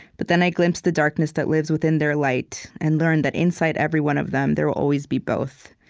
but then i glimpsed the darkness that lives within their light and learned that inside every one of them, there will always be both,